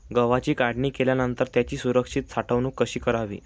गव्हाची काढणी केल्यानंतर त्याची सुरक्षित साठवणूक कशी करावी?